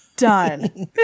Done